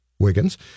Wiggins